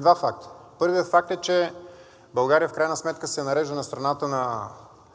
два факта. Първият факт е, че България в крайна сметка се нарежда на страната на